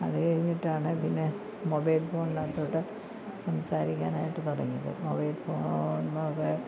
അത് കഴിഞ്ഞിട്ടാണ് പിന്നെ മൊബൈൽ ഫോൺനകത്തോട്ട് സംസാരിക്കാനായിട്ട് തുടങ്ങീത് മൊബൈൽ ഫോൺലൂടെ